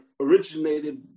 originated